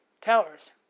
towers